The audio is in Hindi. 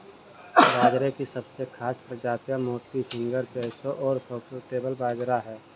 बाजरे की सबसे खास प्रजातियाँ मोती, फिंगर, प्रोसो और फोक्सटेल बाजरा है